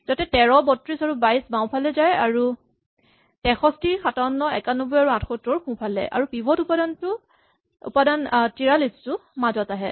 যাতে ১৩ ৩২ আৰু ২২ বাওঁফালে যায় আৰু ৬৩ ৫৭ ৯১ আৰু ৭৮ সোঁফালে আৰু পিভট উপাদান ৪৩ টো মাজত আহে